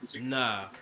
Nah